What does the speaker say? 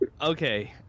okay